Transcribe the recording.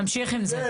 אנחנו נמשיך עם זה.